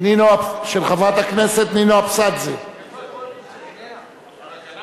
ותעבור לוועדת החינוך על מנת להכינה לקריאה ראשונה.